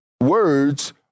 words